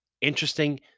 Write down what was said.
interesting